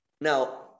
now